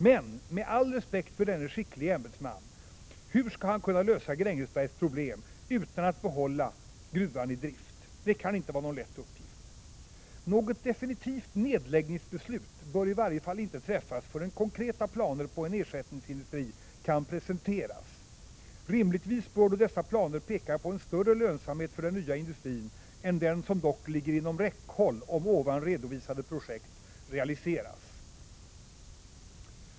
Men — med all respekt för denne skicklige ämbetsman — att lösa Grängesbergs problem utan att behålla gruvan i drift kaninte bli någon lätt uppgift. Något definitivt nedläggningsbeslut bör i varje fall inte fattas förrän konkreta planer på en ersättningsindustri kan presenteras. Rimligtvis bör då dessa planer peka på en större lönsamhet för den nya industrin än den som dock ligger inom räckhåll om här redovisade projekt realiseras.